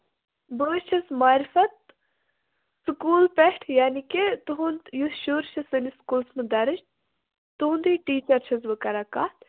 بہٕ حظ چھَس مارِفت سکوٗل پٮ۪ٹھ یانے کہِ تُہُنٛد یُس شُر چھُ سٲنِس سکوٗلَس منٛز دَرٕج تُہُنٛدُے ٹیٖچر چھُس بہٕ کران کَتھ